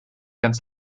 ganz